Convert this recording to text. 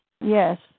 Yes